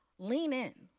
lean in.